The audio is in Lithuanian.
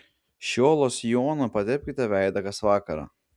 šiuo losjonu patepkite veidą kas vakarą